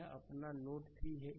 यह अपना नोड 3 है